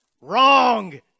Wrong